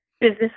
business